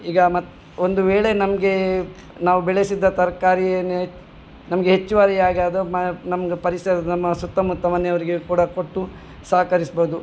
ಈಗ ಮತ್ತು ಒಂದು ವೇಳೆ ನಮಗೆ ನಾವು ಬೆಳೆಸಿದ ತರಕಾರಿಯನ್ನೆ ನಮ್ಗೆ ಹೆಚ್ಚುವರಿ ಆಗಿ ಅದು ಮ ನಮ್ಗೆ ಪರಿಸರ ನಮ್ಮ ಸುತ್ತಮುತ್ತ ಮನೆಯವರಿಗೆ ಕೂಡ ಕೊಟ್ಟು ಸಹಕರಿಸ್ಬೋದು